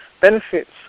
benefits